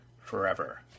forever